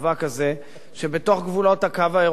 שבתוך גבולות "הקו הירוק" זה לא היה קורה.